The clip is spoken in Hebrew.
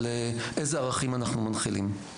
של אילו ערכים אנחנו מנחילים.